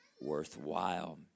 worthwhile